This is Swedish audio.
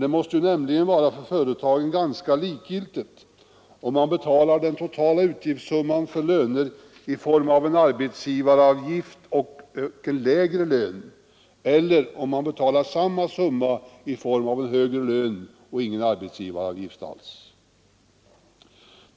Det måste nämligen för företagen vara ganska likgiltigt om de betalar den totala utgiftssumman för lönen i form av en arbetsgivaravgift och en lägre lön eller om de betalar samma summa i form av en högre lön och ingen arbetsgivaravgift alls.